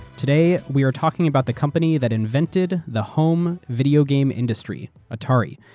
today we are talking about the company that invented the home video game industry, atari.